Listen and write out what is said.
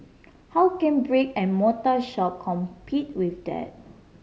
how can brick and mortar shop compete with that